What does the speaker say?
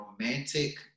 romantic